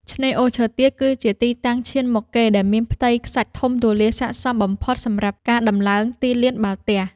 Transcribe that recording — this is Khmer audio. ឆ្នេរអូឈើទាលគឺជាទីតាំងឈានមុខគេ ដែលមានផ្ទៃខ្សាច់ធំទូលាយស័ក្តិសមបំផុតសម្រាប់ការដំឡើងទីលានបាល់ទះ។